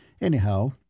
Anyhow